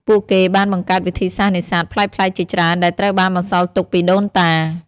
ពួកគេបានបង្កើតវិធីសាស្ត្រនេសាទប្លែកៗជាច្រើន ដែលត្រូវបានបន្សល់ទុកពីដូនតា។